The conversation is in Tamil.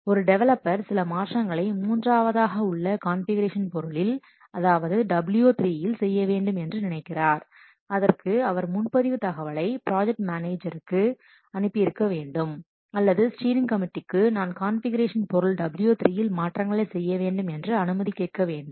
ஒரு டெவலப்பர் சில மாற்றங்களை மூன்றாவதாக உள்ள கான்ஃபிகுரேஷன் பொருளில் அதாவது W3 இல் செய்ய வேண்டும் என்று நினைக்கிறார் அதற்கு அவர் முன்பதிவு தகவலை ப்ராஜெக்ட் மேனேஜருக்கு அனுப்பியிருக்க வேண்டும் அல்லது ஸ்டீரிங் கமிட்டீக்கு நான் கான்ஃபிகுரேஷன் பொருள் W3 இல் மாற்றங்களை செய்ய வேண்டும் என்று அனுமதி கேட்க வேண்டும்